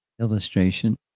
illustration